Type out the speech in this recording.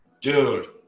Dude